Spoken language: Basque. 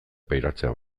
pairatzea